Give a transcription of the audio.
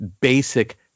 basic